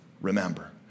remember